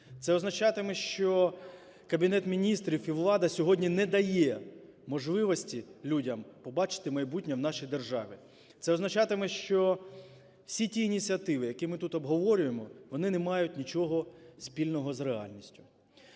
Це означатиме, що Кабінет Міністрів і влада сьогодні не дає можливості людям побачити майбутнє в нашій державі, це означатиме, що всі ті ініціативи, які ми тут обговорюємо, вони не мають нічого спільного з реальністю.